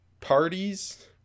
parties